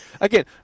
again